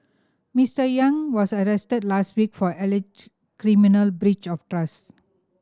Mister Yang was arrested last week for alleged criminal breach of trust